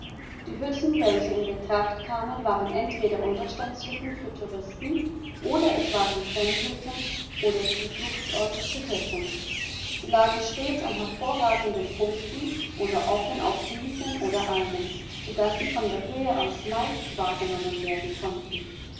die hütten welche in betracht kamen waren entweder unterstandshütten für touristen oder es waren sennhütten oder zufluchtsorte für hirten sie lagen stets an hervorragenden punkten oder offen auf wiesen und almen so daß sie von der höhe aus leicht wahrgenommen werden konnten